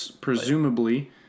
presumably